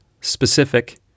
specific